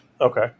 Okay